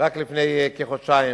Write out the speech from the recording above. רק לפני כחודשיים,